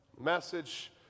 Message